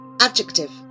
Adjective